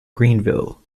greenville